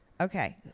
Okay